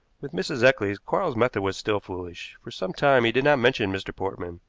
with mrs. eccles quarles's method was still foolish. for some time he did not mention mr. portman,